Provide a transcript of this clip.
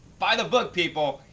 buy the book people!